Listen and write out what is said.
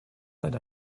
that